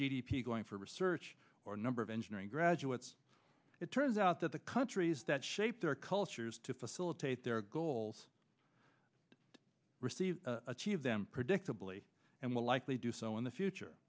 p going for research or number of engineering graduates it turns out that the countries that shape their cultures to facilitate their goals receive achieve them predictably and will likely do so in the future